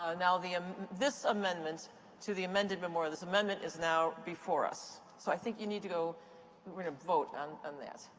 ah now um this amendment to the amended memorial, this amendment is now before us. so i think you need to go we're going to vote and on that.